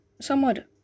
somewhat